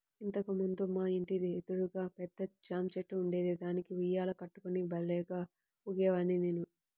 ఇంతకు ముందు మా ఇంటి ఎదురుగా పెద్ద జాంచెట్టు ఉండేది, దానికి ఉయ్యాల కట్టుకుని భల్లేగా ఊగేవాడ్ని నేను